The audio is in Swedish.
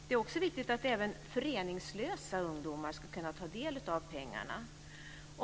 Det är också viktigt att även föreningslösa ungdomar ska kunna ta del av pengarna.